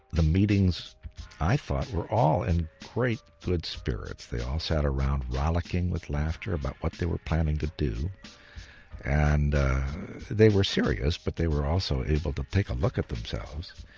the meetings i thought were all in great good spirits. they all sat around rollicking with laughter about what they were planning to do and they were serious, but they were also able to take a look at themselves.